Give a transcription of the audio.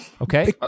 Okay